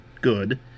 good